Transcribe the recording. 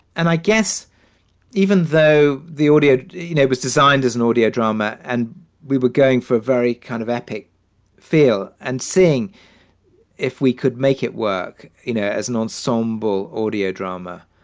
and i guess even though the audio, you know, was designed as an audio drama and we were going for a very kind of epic fail and seeing if we could make it work, you know, as an ensemble audio drama,